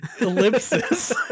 ellipsis